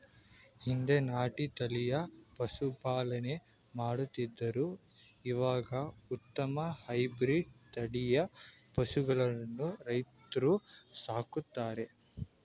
ಹಿಂದೆ ನಾಟಿ ತಳಿಯ ಪಶುಪಾಲನೆ ಮಾಡುತ್ತಿದ್ದರು ಇವಾಗ ಉತ್ತಮ ಹೈಬ್ರಿಡ್ ತಳಿಯ ಪಶುಗಳನ್ನು ರೈತ್ರು ಸಾಕ್ತರೆ